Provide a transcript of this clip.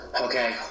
Okay